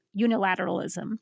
unilateralism